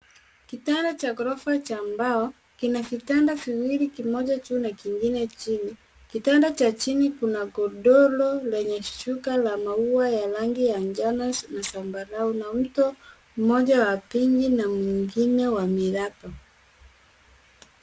Kitanda cha ghorofa cha mbao kina vitanda viwili kimoja juu na kingine chini. Kitanda cha chini kuna godoro lenye shuka la maua ya rangi ya njano na zambarau na mto mmoja wa pinki na mwengine wa miraba